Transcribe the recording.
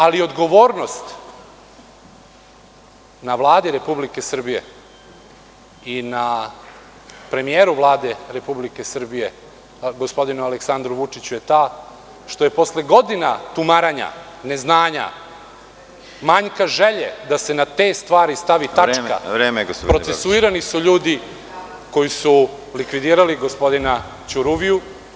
Ali, odgovornost na Vladi Republike Srbije i na premijeru Vlade Republike Srbije, gospodinu Aleksandru Vučiću, je ta što su posle godina tumaranja, neznanja, manjka želje da se na te stvari stavi tačka, procesuirani ljudi koji su likvidirali gospodina Ćuruviju.